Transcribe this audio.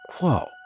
Whoa